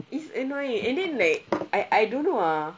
it's annoying and then like I I don't know ah